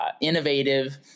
innovative